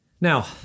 Now